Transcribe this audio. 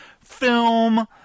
film